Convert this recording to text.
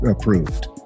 approved